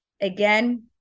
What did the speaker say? Again